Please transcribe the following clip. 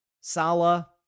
Salah